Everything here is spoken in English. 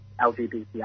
LGBTI